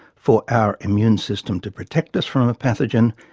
for our immune system to protect us from a pathogen,